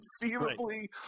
conceivably